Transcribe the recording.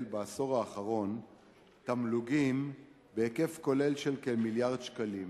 בעשור האחרון תמלוגים בהיקף כולל של כמיליארד שקלים.